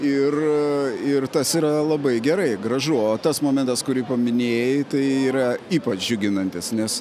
ir ir tas yra labai gerai gražu o tas momentas kurį paminėjai tai yra ypač džiuginantis nes